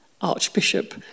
archbishop